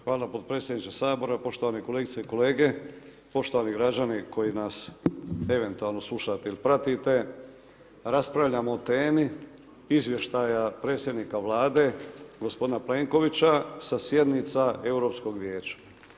Hvala potpredsjedniče Sabora, poštovane kolegice i kolege, poštovani građani koji nas eventualno slušate ili pratite, raspravljamo o temi izvještaja predsjednika Vlade, g. Plenkovića sa sjednica Europskog vijeća.